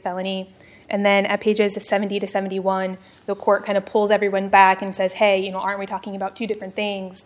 felony and then at pages a seventy to seventy one the court kind of pulls everyone back and says hey you know aren't we talking about two different things